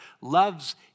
love's